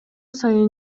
сайын